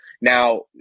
Now